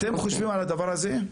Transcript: אתם חושבים על הדבר הזה?